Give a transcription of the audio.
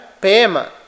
Pema